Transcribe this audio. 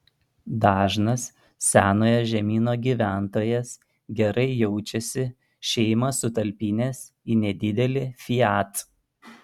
dažnas senojo žemyno gyventojas gerai jaučiasi šeimą sutalpinęs į nedidelį fiat